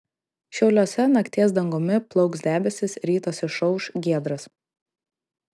šiauliuose nakties dangumi plauks debesys rytas išauš giedras